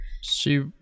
She-